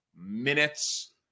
minutes